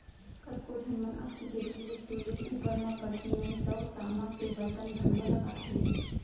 कतको झन मन अक्ती के दिन ले शिवलिंग उपर म करसी नइ तव तामा के बरतन भँड़वा लगाथे